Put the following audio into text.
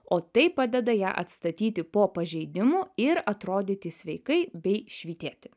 o tai padeda ją atstatyti po pažeidimų ir atrodyti sveikai bei švytėti